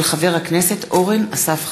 מאת חבר הכנסת אורן אסף חזן.